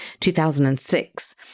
2006